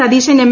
Satheesan M